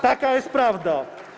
Taka jest prawda.